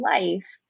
life